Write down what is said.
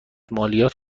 مالیات